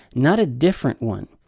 not a different one.